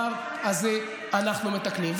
את הדבר הזה אנחנו מתקנים.